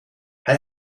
hij